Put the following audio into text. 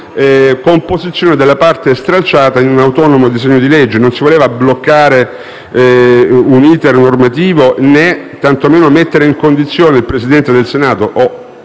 composizione della parte stralciata di un apposito disegno di legge. Non si voleva bloccare un *iter* normativo, né tantomeno mettere il Presidente del Senato